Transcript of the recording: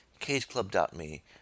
cageclub.me